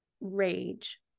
rage